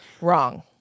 Wrong